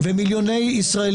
כן אני מצדיקה את המחאות,